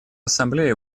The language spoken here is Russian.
ассамблеи